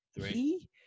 three